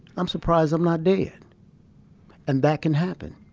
i'm surprised i'm not dead, and that can happen.